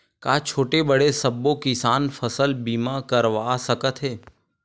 का छोटे बड़े सबो किसान फसल बीमा करवा सकथे?